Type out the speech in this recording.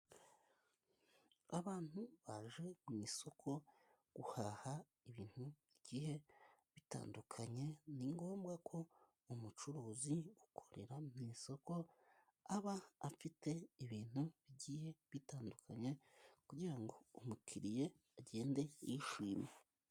Abantu baje mu isoko guhaha ibintu igihe bitandukanye, ni ngombwa ko umucuruzi ukorera mu isoko aba afite ibintu bigiye bitandukanye kugira ngo umukiriya agende yishimye.